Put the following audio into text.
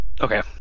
Okay